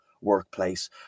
workplace